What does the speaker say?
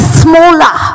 smaller